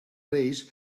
reis